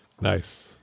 Nice